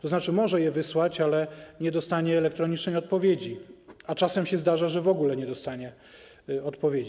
To znaczy: może je wysłać, ale nie dostanie elektronicznej odpowiedzi, a czasem się zdarza, że w ogóle nie dostanie odpowiedzi.